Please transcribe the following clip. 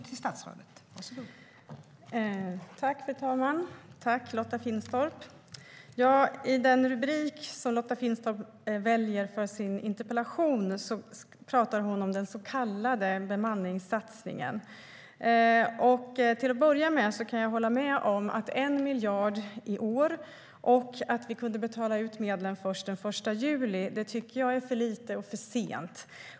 Fru talman! Tack, Lotta Finstorp! I den rubrik som Lotta Finstorp valt för sin interpellation pratar hon om den så kallade bemanningssatsningen. Till att börja med kan jag hålla med om att 1 miljard i år är för lite och att det var för sent att vi kunde betala ut medlen först den 1 juli.